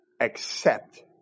accept